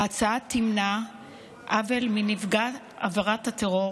ההצעה תמנע עוול מנפגע עבירת הטרור,